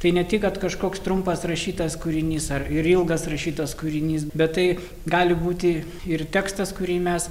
tai ne tik kad kažkoks trumpas rašytas kūrinys ar ir ilgas rašytas kūrinys bet tai gali būti ir tekstas kurį mes